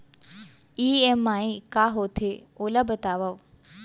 EMI का होथे, ओला बतावव